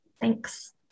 Thanks